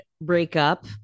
breakup